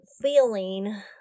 feeling